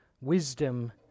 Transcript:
Wisdom